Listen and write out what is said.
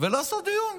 ולעשות דיון.